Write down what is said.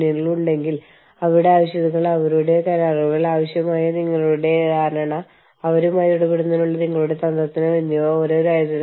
കൂടാതെ നിങ്ങൾക്കറിയാമോ അവർ ആ വ്യവസ്ഥകൾ അവരുടെ കരാറിൽ ഉൾപ്പെടുത്തുകയും കൈമാറ്റങ്ങൾ അനിവാര്യമാണെന്ന് പറയുകയും ഈ ആളുകളെ അവിടെ നിർത്തുകയും ചെയ്യുമെന്ന് അവർക്ക് തോന്നുന്നു